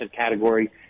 category